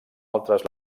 altres